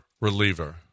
reliever